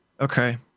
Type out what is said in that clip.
Okay